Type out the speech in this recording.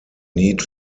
need